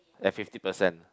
at fifty percent